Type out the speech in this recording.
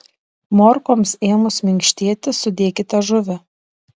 morkoms ėmus minkštėti sudėkite žuvį